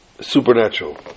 supernatural